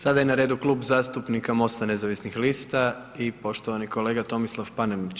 Sada je na redu Klub zastupnika MOST-a nezavisnih lista i poštovani kolega Tomislav Panenić.